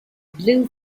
blue